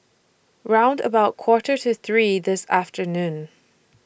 round about Quarter to three This afternoon